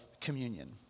communion